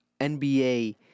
NBA